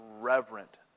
reverent